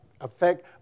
affect